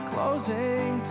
Closing